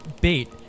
Bait